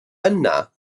yna